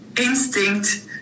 instinct